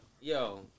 Yo